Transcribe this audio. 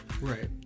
Right